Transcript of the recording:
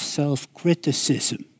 self-criticism